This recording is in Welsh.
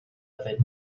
yfed